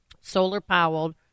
solar-powered